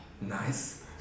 Nice